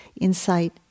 insight